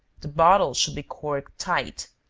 the bottle should be corked tight.